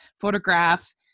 photograph